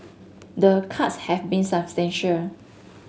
the cuts have been substantial